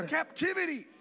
captivity